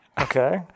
Okay